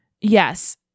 Yes